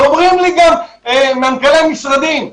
ומנכ"לי שרים,